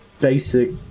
basic